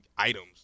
items